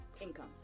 income